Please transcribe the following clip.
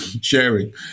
sharing